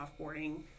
offboarding